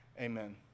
Amen